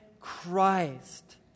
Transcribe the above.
Christ